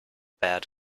bad